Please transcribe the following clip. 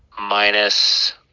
minus